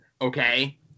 okay